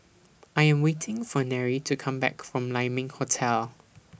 I Am waiting For Nery to Come Back from Lai Ming Hotel